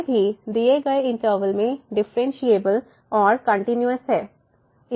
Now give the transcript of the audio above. Student भी दिए गए इंटरवल में डिफरेंशिएबल और कंटिन्यूस है